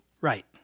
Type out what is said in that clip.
Right